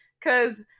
Cause